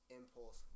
impulse